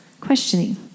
questioning